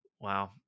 wow